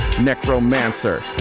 Necromancer